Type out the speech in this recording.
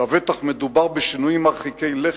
לבטח מדובר בשינויים מרחיקי לכת,